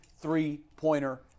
three-pointer